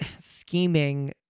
scheming